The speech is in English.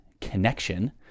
connection